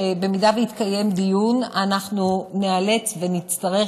שאם יתקיים דיון אנחנו ניאלץ ונצטרך